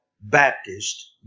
Baptist